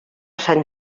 sant